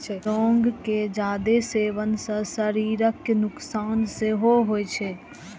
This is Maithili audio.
लौंग के जादे सेवन सं शरीर कें नुकसान सेहो होइ छै